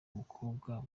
mukobwa